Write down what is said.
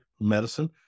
medicine